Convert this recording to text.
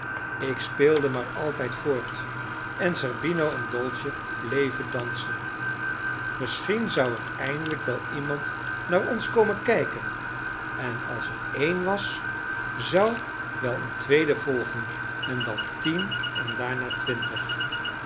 ik speelde maar altijd voort en zerbino en dolce bleven dansen misschien zou er eindelijk wel iemand naar ons komen kijken en als er een was zou wel een tweede volgen en dan tien en daarna twintig